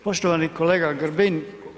Poštovani kolega Grbin.